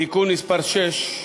(תיקון מס' 6),